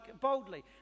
boldly